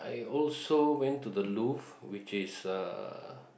I also went to the Louvre which is uh